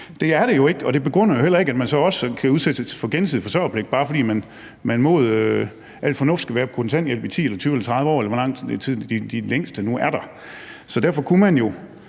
det er det jo ikke, og det begrunder jo heller ikke, at man så også kan udsættes for gensidig forsørgerpligt, bare fordi man mod al fornuft skal være på kontanthjælp i 10 eller 20 eller 30 år, eller hvor lang tid dem, der er der længst, er der. Derfor kunne man jo